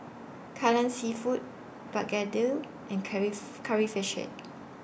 Kai Lan Seafood Begedil and Curry Fish Head